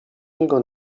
niego